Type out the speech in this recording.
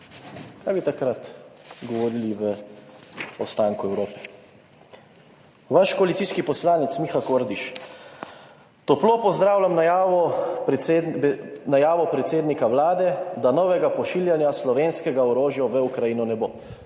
Kaj bi takrat govorili v ostanku Evrope? Vaš koalicijski poslanec Miha Kordiš, »Toplo pozdravljam najavo predsednika Vlade, da novega pošiljanja slovenskega orožja v Ukrajino ne bo.«